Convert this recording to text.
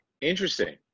interesting